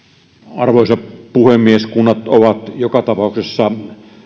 arvoisa puhemies kunnat ovat joka tapauksessa